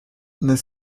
n’est